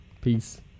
peace